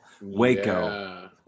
Waco